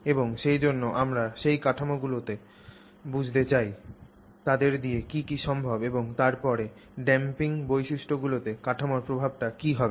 এবং সেইজন্য আমরা সেই কাঠামোগুলি বুঝতে চাই তাদের দিয়ে কী কী সম্ভব এবং তারপরে ড্যাম্পিং বৈশিষ্ট্যগুলিতে কাঠামোর প্রভাবটি কি হবে